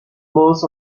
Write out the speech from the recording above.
most